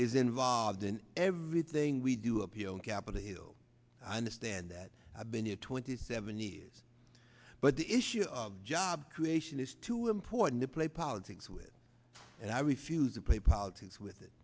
is involved in everything we do up here on capitol hill and a stand that i've been here twenty seventy years but the issue of job creation is too important to play politics with and i refuse to play politics with it